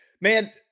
Man